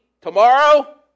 tomorrow